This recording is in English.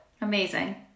Amazing